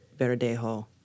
Verdejo